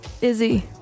Izzy